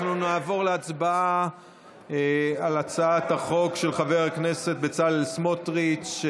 אנחנו נעבור להצבעה על הצעת החוק של חבר הכנסת בצלאל סמוטריץ'.